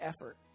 effort